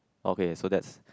okay so that's